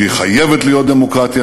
שהיא חייבת להיות דמוקרטיה